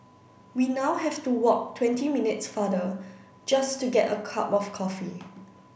we now have to walk twenty minutes farther just to get a cup of coffee